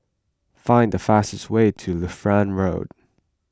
find the fastest way to Lutheran Road